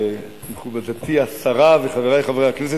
מכובדתי השרה וחברי חברי הכנסת,